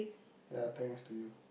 ya thanks to you